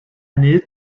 need